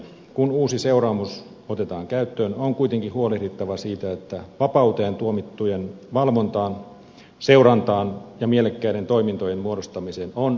kun uusi seuraamus otetaan käyttöön on kuitenkin huolehdittava siitä että valvontaan seurantaan ja mielekkäiden toimintojen muodostamiseen on riittävät resurssit